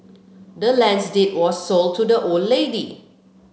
the land's deed was sold to the old lady